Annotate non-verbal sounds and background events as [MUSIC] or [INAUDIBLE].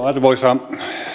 [UNINTELLIGIBLE] arvoisa